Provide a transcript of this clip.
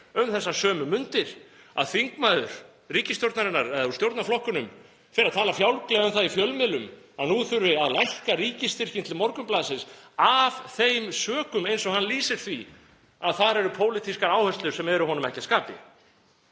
um þessar sömu mundir að þingmaður ríkisstjórnarinnar eða úr stjórnarflokkunum fer að tala fjálglega um það í fjölmiðlum að nú þurfi að lækka ríkisstyrkinn til Morgunblaðsins af þeim sökum, eins og hann lýsir því, að þar eru pólitískar áherslur sem eru honum ekki að skapi.